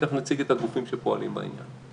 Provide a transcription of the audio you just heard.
ותכף נציג את הגופים שפועלים בעניין.